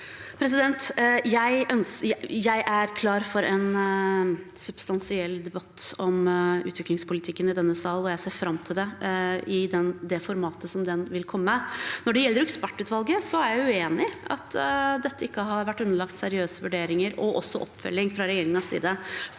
Jeg er klar for en substansiell debatt om ut- viklingspolitikken i denne sal, og jeg ser fram til det i det formatet den vil komme. Når det gjelder ekspertutvalget, er jeg uenig i at dette ikke har vært underlagt seriøse vurderinger og også oppfølging fra regjeringens side.